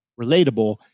relatable